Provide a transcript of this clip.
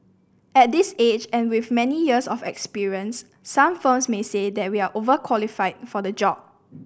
at this age and with many years of experience some firms may say that we are overqualified for the job